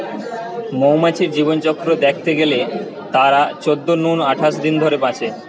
মৌমাছির জীবনচক্র দ্যাখতে গেলে তারা চোদ্দ নু আঠাশ দিন ধরে বাঁচে